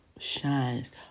shines